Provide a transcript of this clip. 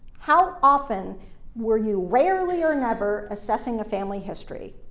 how often were you rarely or never assessing a family history?